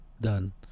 done